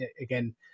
again